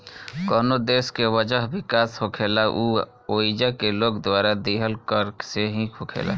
कवनो देश के वजह विकास होखेला उ ओइजा के लोग द्वारा दीहल कर से ही होखेला